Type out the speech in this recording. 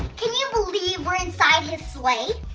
can you believe we're inside his sleigh?